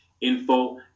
info